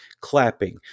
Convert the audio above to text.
clapping